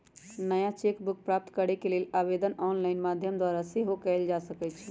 नया cheque book प्राप्त करेके लेल आवेदन ऑनलाइन माध्यम द्वारा सेहो कएल जा सकइ छै